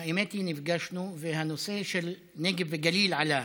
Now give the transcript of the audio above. האמת היא, נפגשנו, והנושא של הנגב והגליל עלה.